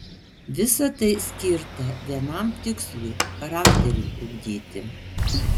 visa tai skirta vienam tikslui charakteriui ugdyti